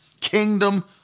Kingdom